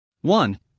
One